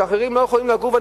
שאחרים לא יכולים לגור שם.